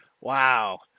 wow